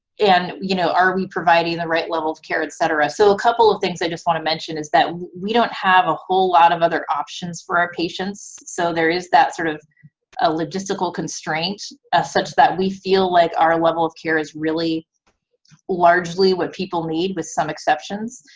and you know are we providing the right level of care, etc. so a couple of things i just want to mention is that we don't have a whole lot of other options for our patients, so there is that sort of ah logistical constraint such that we feel like our level of care is really largely what people need with some exceptions.